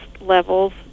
levels